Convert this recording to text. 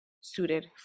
suited